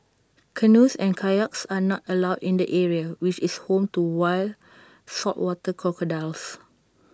canoes and kayaks are not allowed in the area which is home to wild saltwater crocodiles